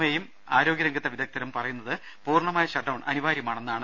ഐയും ആരോഗ്യ രംഗത്തെ വിദഗ്ധരും പറയുന്നത് പൂർണ്ണമായ ഷട്ട് ഡൌൺ അനിവാര്യമാണെന്നാണ്